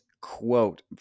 quote